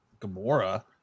Gamora